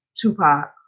Tupac